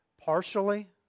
partially